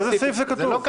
באיזה סעיף זה כתוב?